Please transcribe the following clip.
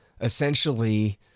essentially